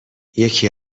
یکی